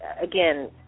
again